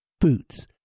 Boots